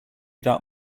that